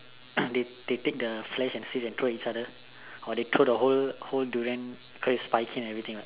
they they take the flesh and seeds and throw each other or they throw the whole whole durian cause it's spiky and everything [what]